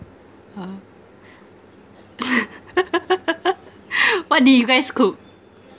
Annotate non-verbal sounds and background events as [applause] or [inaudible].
ah [laughs] what did you guys cook